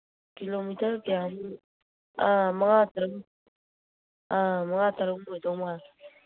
kilometre ꯀꯌꯥꯃꯨꯛ ꯑꯥ ꯃꯉꯥ ꯇꯔꯨꯛꯃꯨꯛ ꯑꯣꯏꯗꯧ ꯃꯥꯜꯂꯤ